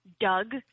Doug